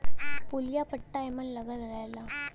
पुलिया पट्टा एमन लगल रहला